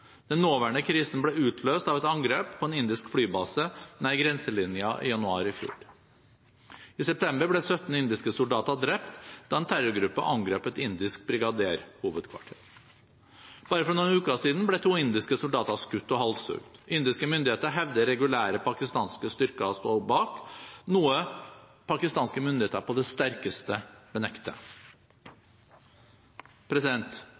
Den nåværende krisen ble utløst av et angrep på en indisk flybase nær grenselinjen i januar i fjor. I september ble 17 indiske soldater drept da en terrorgruppe angrep et indisk brigadehovedkvarter. Bare for noen uker siden ble to indiske soldater skutt og halshugget. Indiske myndigheter hevder at regulære pakistanske styrker sto bak, noe pakistanske myndigheter på det sterkeste